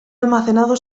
almacenado